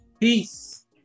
Peace